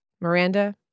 Miranda